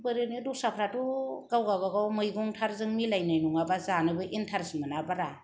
ओरैनो दस्राफ्राथ गाव गावबागाव मैगंथारजों मिलायनाय नङाबा जानोबो इन्तारेस्ट मोना बारा